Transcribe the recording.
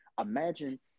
Imagine